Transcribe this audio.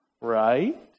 Right